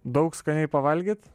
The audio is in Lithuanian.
daug skaniai pavalgyt